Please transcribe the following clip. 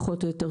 פחות או יותר,